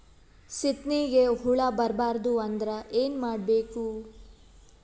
ಸೀತ್ನಿಗೆ ಹುಳ ಬರ್ಬಾರ್ದು ಅಂದ್ರ ಏನ್ ಮಾಡಬೇಕು?